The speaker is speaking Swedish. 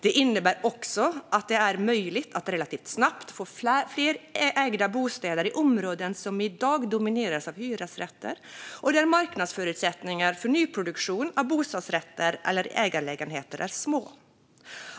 Det innebär också att det är möjligt att relativt snabbt få fler ägda bostäder i områden som idag domineras av hyresrätter och där marknadsförutsättningarna för nyproduktion av bostadsrätter eller ägarlägenheter är små.